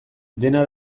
dena